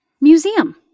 Museum